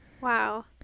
wow